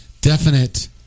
definite